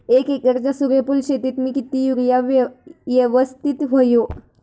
एक एकरच्या सूर्यफुल शेतीत मी किती युरिया यवस्तित व्हयो?